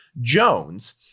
Jones